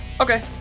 Okay